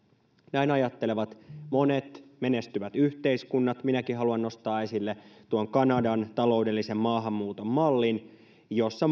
näin ajattelevat monet menestyvät yhteiskunnat minäkin haluan nostaa esille tuon kanadan taloudellisen maahanmuuton mallin jossa